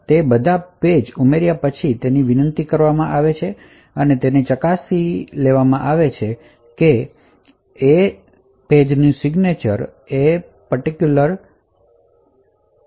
તેથી તે બધા પેજ ઉમેર્યા પછી તેની વિનંતી કરવામાં આવે છે અને આવશ્યકપણે તે ચકાસી શકે છે કે સહી ઓનરની સહી સાથે મેળ ખાય છે